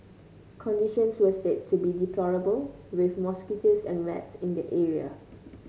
conditions were said to be deplorable with mosquitoes and rats in the area